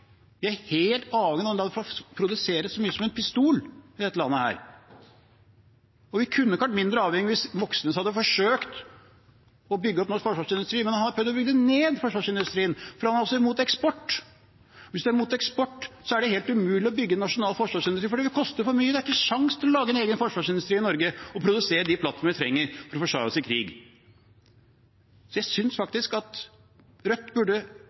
Vi er helt avhengig av andre land for å produsere så mye som en pistol i dette landet, og vi kunne ikke vært mindre avhengig hvis Moxnes hadde forsøkt å bygge opp norsk forsvarsindustri. Han har prøvd å bygge ned forsvarsindustrien, for han er også imot eksport. Hvis man er imot eksport, er det helt umulig å bygge nasjonal forsvarsindustri, for det koster for mye. Man har ingen sjanse til å lage en egen forsvarsindustri i Norge og produsere de plattformene vi trenger for å forsvare oss i krig. Jeg synes faktisk Rødt burde